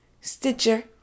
Stitcher